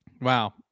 Wow